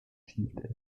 achieved